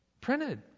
printed